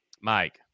Mike